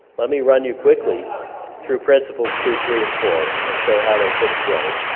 let me run you quickly through principles two, three and four, and show how they fit together.